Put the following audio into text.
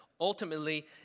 ultimately